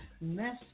mess